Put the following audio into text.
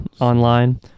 online